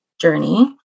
journey